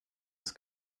ist